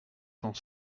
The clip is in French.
cent